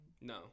No